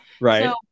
Right